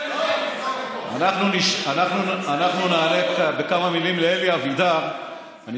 אנחנו נענה בכמה מילים לאלי אבידר.